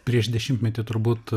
prieš dešimtmetį turbūt